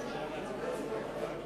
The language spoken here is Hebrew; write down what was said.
אני עובר